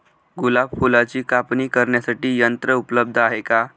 गुलाब फुलाची कापणी करण्यासाठी यंत्र उपलब्ध आहे का?